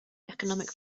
economic